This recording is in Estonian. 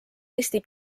eesti